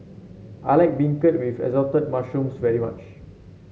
I like beancurd with Assorted Mushrooms very much